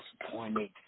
disappointed